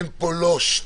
אין פה לא שטיקים.